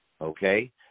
okay